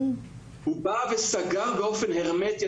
הוא בא וסגר באופן הרמטי.